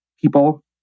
people